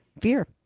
Fear